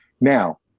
Now